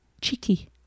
Cheeky